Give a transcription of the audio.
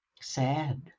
sad